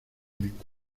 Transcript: cuenta